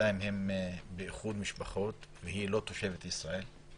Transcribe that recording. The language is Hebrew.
ובינתיים הם באיחוד משפחות, והיא לא תושבת ישראל?